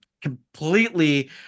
completely